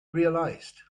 realized